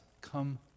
come